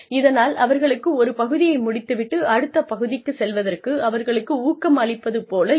இதனால் அவர்களுக்கு ஒரு பகுதியை முடித்து விட்டு அடுத்த பகுதிக்கு செல்வதற்கு அவர்களுக்கு ஊக்கம் அளிப்பது போல இருக்கும்